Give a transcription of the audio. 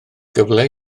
gyfle